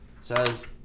says